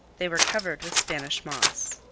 they were covered with spanish moss.